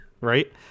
right